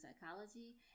psychology